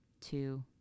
two